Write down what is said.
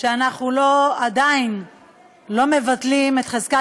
אנחנו מדברים על לוחמים